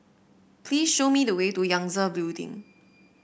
please show me the way to Yangtze Building